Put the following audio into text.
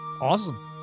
Awesome